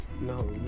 No